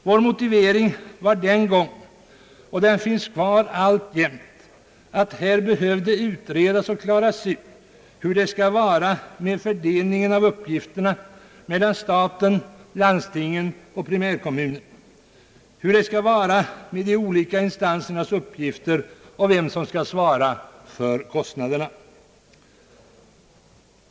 Vår motivering var den gången, och den finns kvar alltjämt, att det behövde utredas och klaras ut hur uppgifterna skall fördelas mellan staten, landstingen och primärkommunerna, hur det skall vara med de olika instansernas uppgifter och vem som skall svara för kostnaderna.